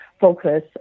focus